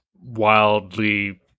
wildly